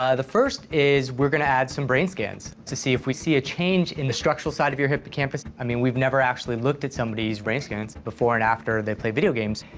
ah the first is we're gonna add some brain scans to see if we see a change in the structural side of your hippocampus. i mean, we've never actually looked at somebody's brain scans before and after they play video games.